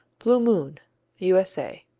blue moon u s a.